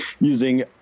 using